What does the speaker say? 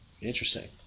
Interesting